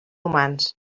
humans